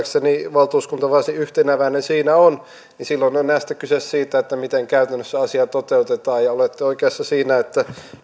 valtuuskunta varsin yhteneväinen siinä on niin silloin on enää kyse siitä miten käytännössä asia toteutetaan ja olette oikeassa siinä että